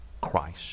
Christ